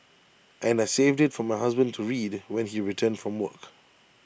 and I saved IT for my husband to read when he returned from work